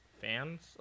fans